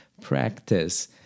practice